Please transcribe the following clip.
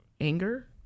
anger